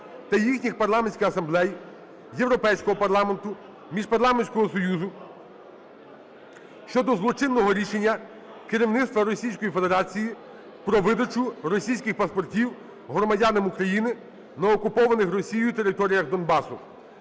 та їхніх парламентських асамблей, Європейського парламенту, Міжпарламентського союзу щодо злочинного рішення керівництва Російської Федерації про видачу російських паспортів громадянам України на окупованих Росією територіях Донбасу.